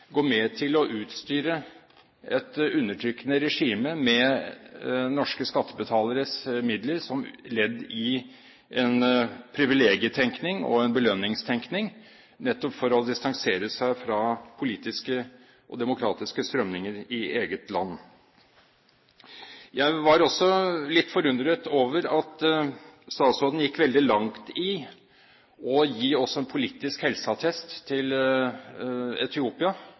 går med til å utstyre et undertrykkende regime med norske skattebetaleres midler som ledd i en privilegietenkning og en belønningstenkning, nettopp for å distansere seg fra politiske og demokratiske strømninger i eget land. Jeg var også litt forundret over at statsråden gikk veldig langt i å gi en politisk helseattest til